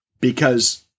because-